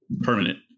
Permanent